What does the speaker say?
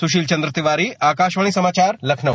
सुशील चंद्र तिवारी आकाशवाणी समाचार लखनऊ